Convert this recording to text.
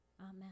Amen